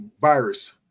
Virus